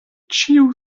ĉiu